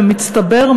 במצטבר,